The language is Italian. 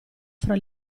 fra